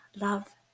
love